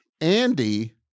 Andy